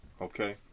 Okay